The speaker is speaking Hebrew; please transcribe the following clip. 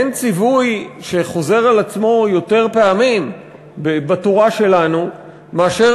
אין ציווי שחוזר יותר פעמים בתורה שלנו מאשר